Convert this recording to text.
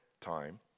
time